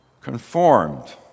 conformed